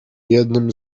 jednym